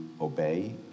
obey